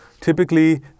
typically